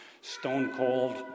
stone-cold